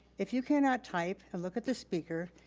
if you cannot type and look at the speaker,